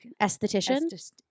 Esthetician